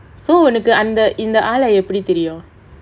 so ஒனக்கு அந்த இந்த ஆள எப்படி தெரியும்:onakku antha intha aala eppadi theriyum